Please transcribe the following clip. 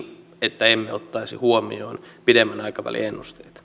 että emme ottaisi huomioon pidemmän aikavälin ennusteita